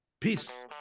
Peace